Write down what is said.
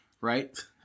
right